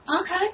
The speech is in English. Okay